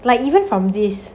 like even from this